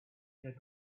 here